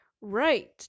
right